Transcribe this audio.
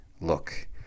look